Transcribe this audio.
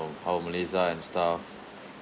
on how malays are and stuff